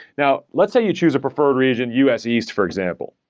now, let's say you choose a preferred region, u s. east, for example.